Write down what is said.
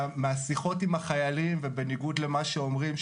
מהשיחות עם החיילים ובניגוד למה שאומרים,